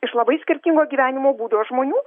iš labai skirtingo gyvenimo būdo žmonių